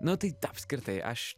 nu tai apskritai aš